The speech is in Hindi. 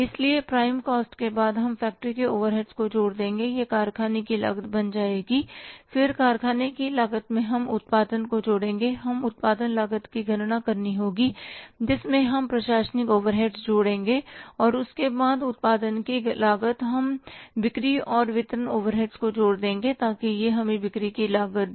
इसलिए प्राइम कॉस्ट के बाद हम फैक्ट्री के ओवरहेड्स को जोड़ देंगे यह कारखाने की लागत बन जाएगी फिर कारखाने की लागत में हम उत्पादन को जोड़ेंगे हम उत्पादन लागत की गणना करनी होगी जिसमें हम प्रशासनिक ओवरहेड्स जोड़ेंगे और उसके बाद उत्पादन की लागत हम बिक्री और वितरण ओवरहेड को जोड़ देंगे ताकि यह हमें बिक्री की लागत दे